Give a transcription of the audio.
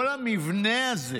כל המבנה הזה,